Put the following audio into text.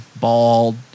bald